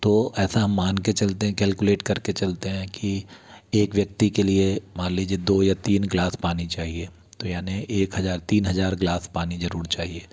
तो ऐसा हम मान के चलते हैं कैलकुलेट करके चलते हैं कि एक व्यक्ति के लिए मान लीजिए दो या तीन ग्लास पानी चाहिए तो यानि एक हज़ार तीन हज़ार ग्लास पानी ज़रूर चाहिए